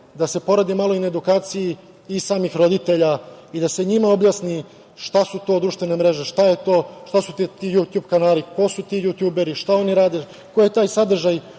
da se poradi malo i na edukaciji i samih roditelja i da se njima objasni šta su to društvene mreže, šta su ti Jutjub kanali, ko su ti jutjuberi, šta oni rade, koji je taj sadržaj